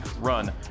run